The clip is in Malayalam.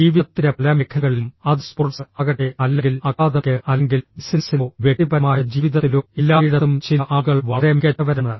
ജീവിതത്തിന്റെ പല മേഖലകളിലും അത് സ്പോർട്സ് ആകട്ടെ അല്ലെങ്കിൽ അക്കാദമിക് അല്ലെങ്കിൽ ബിസിനസ്സിലോ വ്യക്തിപരമായ ജീവിതത്തിലോ എല്ലായിടത്തും ചില ആളുകൾ വളരെ മികച്ചവരാണ്